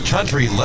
Country